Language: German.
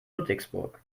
ludwigsburg